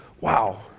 Wow